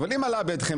אבל אם עלה בידכם,